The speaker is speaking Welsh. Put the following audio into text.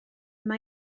mae